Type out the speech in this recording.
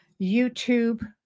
YouTube